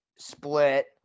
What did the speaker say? split